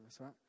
right